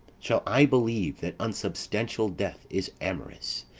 shall i believe that unsubstantial death is amorous,